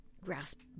grasp